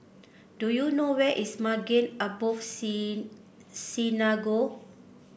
do you know where is Maghain Aboth Sy Synagogue